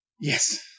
Yes